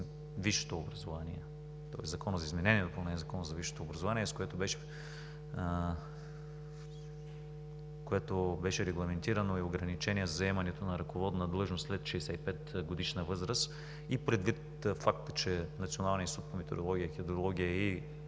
в сила промените в Закона за изменение и допълнение на Закона за висшето образование, с които беше регламентирано и ограничение за заемането на ръководна длъжност след 65-годишна възраст, и предвид факта, че Националният институт по метеорология и хидрология е